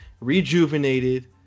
rejuvenated